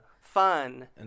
fun